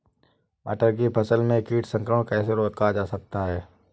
मटर की फसल में कीट संक्रमण कैसे रोका जा सकता है?